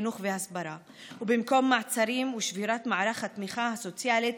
חינוך והסברה ובמקום מעצרים ושבירת מערך התמיכה הסוציאלית,